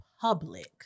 public